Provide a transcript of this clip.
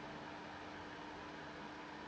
the bank so I